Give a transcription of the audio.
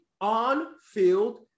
on-field